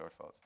shortfalls